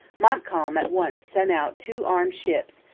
montcalm at once sent out two armed ships,